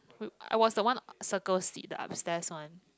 we I was the one circle seat the upstairs one